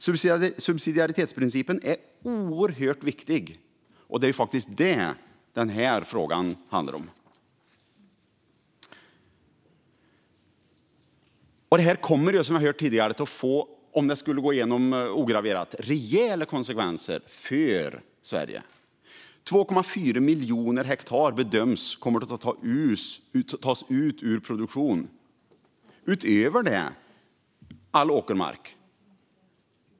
Subsidiaritetsprincipen är oerhört viktig, och det är faktiskt den denna fråga handlar om. Om förslaget skulle gå igenom ograverat kommer det att få rejäla konsekvenser för Sverige. Det bedöms att 2,4 miljoner hektar kommer att tas ut ur produktion och utöver det all åkermark.